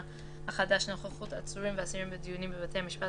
החדש) (נוכחות עצורים ואסירים בדיונים בבתי המשפט